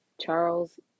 Charles